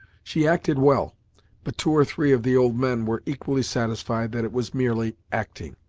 she acted well but two or three of the old men were equally satisfied that it was merely acting.